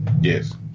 Yes